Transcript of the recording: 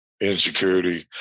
insecurity